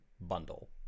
bundle